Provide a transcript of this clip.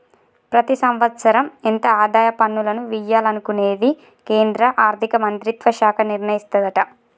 ప్రతి సంవత్సరం ఎంత ఆదాయ పన్నులను వియ్యాలనుకునేది కేంద్రా ఆర్థిక మంత్రిత్వ శాఖ నిర్ణయిస్తదట